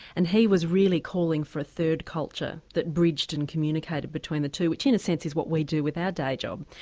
and he was really calling for a third culture that bridged and communicated between the two which in a sense is what we do with our day job.